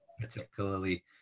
particularly